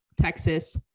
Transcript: Texas